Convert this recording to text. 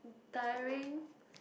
tiring